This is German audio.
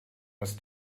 ist